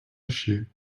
issue